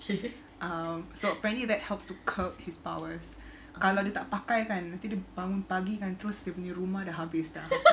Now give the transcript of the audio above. so apparently that helps to curb his powers kalau dia tak pakai kan nanti dia bangun pagi kan terus dia punya rumah dah habis dah